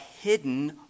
hidden